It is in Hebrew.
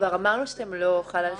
אמרנו שזה לא חל עליכם.